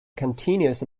continuous